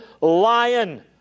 lion